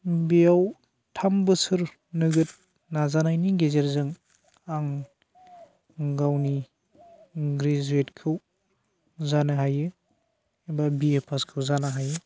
बेयाव थाम बोसोर नोगोद नाजानायनि गेजेरजों आं गावनि ग्रेजुवेटखौ जानो हायो एबा बि ए पासखौ जानो हायो